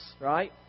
right